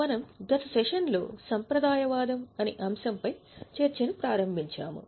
మనము గత సెషన్లో గుర్తుంచుకుంటే సంప్రదాయవాదం అనే అంశంపై చర్చను ప్రారంభించాము